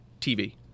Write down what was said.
tv